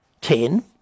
ten